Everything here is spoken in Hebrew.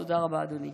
תודה רבה, אדוני.